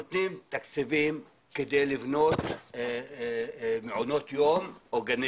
נותנים תקציבים כדי לבנות מעונות יום או גני